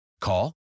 Call